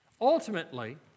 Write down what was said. Ultimately